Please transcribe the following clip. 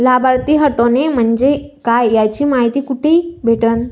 लाभार्थी हटोने म्हंजे काय याची मायती कुठी भेटन?